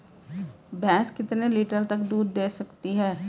भैंस कितने लीटर तक दूध दे सकती है?